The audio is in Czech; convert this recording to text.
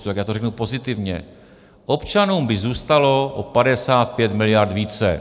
Tak já to řeknu pozitivně: občanům by zůstalo o 55 mld. více.